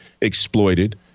exploited